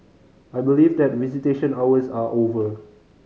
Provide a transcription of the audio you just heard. I believe that visitation hours are over